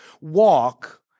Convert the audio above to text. walk